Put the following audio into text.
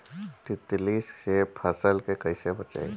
तितली से फसल के कइसे बचाई?